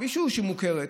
מערכת מוכרת,